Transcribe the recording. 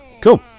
cool